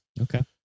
okay